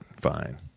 fine